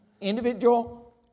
Individual